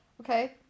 Okay